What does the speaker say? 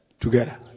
together